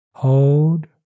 Hold